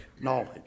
knowledge